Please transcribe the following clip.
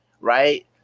Right